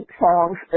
songs